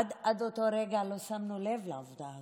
עד אותו רגע לא שמנו לב לעובדה הזו,